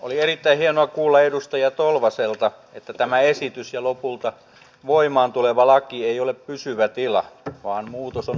oli erittäin hienoa kuulla edustaja tolvaselta että tämä esitys ja lopulta voimaan tuleva laki ei ole pysyvä tila vaan muutos on mahdollista